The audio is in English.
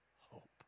hope